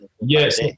Yes